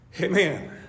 Amen